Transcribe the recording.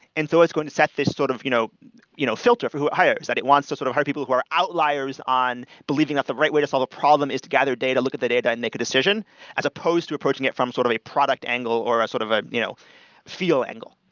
and so it's going to set to this sort of you know you know filter for who it hires that it wants to sort of hire people who are outliers on believing that the right way to solve a problem is to gather data, look at the data and make a decision as supposed to approaching it from sort of a product angle or sort of a you know feel angle.